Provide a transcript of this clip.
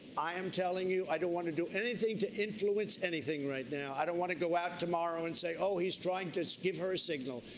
i'm telling you i don't want to do anything to influence anything right now. i don't want to go out tomorrow and say, oh, he's trying to to give her a signal,